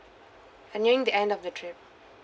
near the end of the trip